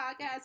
podcast